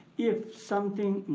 if something